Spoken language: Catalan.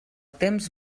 temps